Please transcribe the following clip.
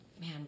man